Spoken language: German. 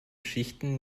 schichten